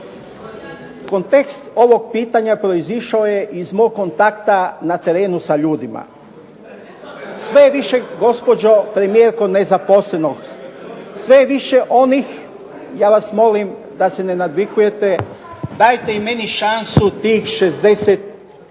kontekst ovog pitanja proizišao je iz mog kontakta na terenu sa ljudima. Sve je više gospođo premijerko nezaposlenost, sve je više onih. Ja vas molim da se ne nadvikujete, dajte i meni šansu tih 60